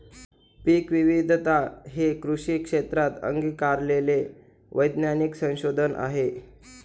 पीकविविधता हे कृषी क्षेत्रात अंगीकारलेले वैज्ञानिक संशोधन आहे